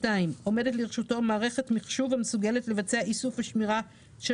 עומדת לרשותו מערכת מחשוב המסוגלת לבצע איסוף ושמירה של